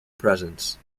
presence